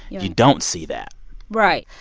you don't see that right.